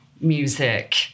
music